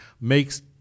makes